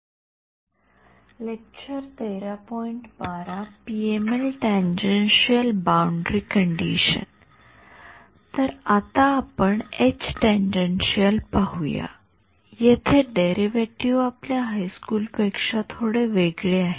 तर आता आपण एच टेंजेन्शियल पाहू या येथे डेरिव्हेशनआपल्या हायस्कूल पेक्षा थोडे वेगळे आहे